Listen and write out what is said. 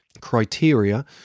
criteria